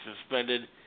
suspended